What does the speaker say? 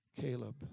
Caleb